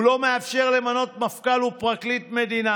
הוא לא מאפשר למנות מפכ"ל ופרקליט מדינה,